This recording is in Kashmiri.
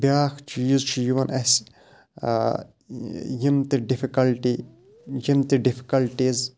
بیٛاکھ چیٖز چھُ یِوان اَسہِ یِم تہِ ڈِفکَلٹی یِم تہِ ڈِفکَلٹیٖز